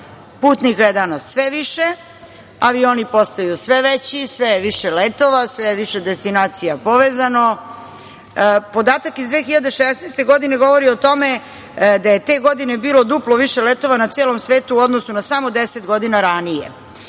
Putnika je danas sve više, avioni postaju sve veći, sve je više letova, sve je više destinacija povezano. Podatak iz 2016. godine govori o tome da je te godine bilo duplo više letova na celom svetu u odnosu na samo 10 godina ranije.